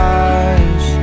eyes